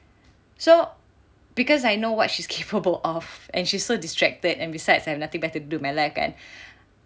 so because I know what she's capable of and she's so distracted and besides I have nothing better to do in my life kan